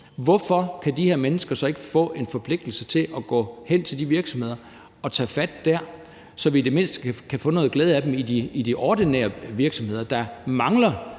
Hvorfor kan de her mennesker så ikke blive forpligtet til at gå hen til de virksomheder og tage fat der, så vi i det mindste kan få noget glæde af dem i de ordinære virksomheder, der mangler